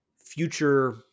future